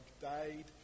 died